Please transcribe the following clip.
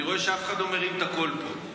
אני רואה שאף אחד לא מרים את הקול פה.